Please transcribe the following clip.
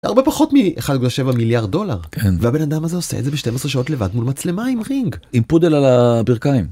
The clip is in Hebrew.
‫הרבה פחות מ-1.7 מיליארד דולר, ‫והבן אדם הזה עושה את זה ‫ב-12 שעות לבד מול מצלמה עם רינג. ‫עם פודל על הברכיים.